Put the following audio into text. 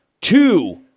two